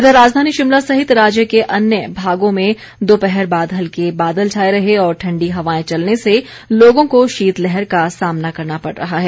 इधर राजधानी शिमला सहित राज्य के अन्य भागों में दोपहर बाद हल्के बादल छाए रहे और ठण्डी हवाएं चलने से लोगों को शीतलहर का सामना करना पड़ रहा है